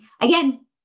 again